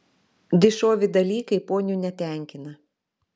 dišovi dalykai ponių netenkina